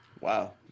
wow